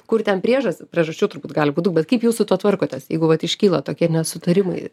kur ten priežastys priežasčių turbūt gali būt daug bet kaip jūs su tuo tvarkotės jeigu vat iškyla tokie nesutarimai